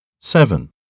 Seven